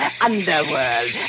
underworld